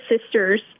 sisters